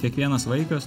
kiekvienas vaikas